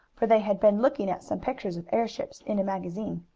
for they had been looking at some pictures of airships in a magazine.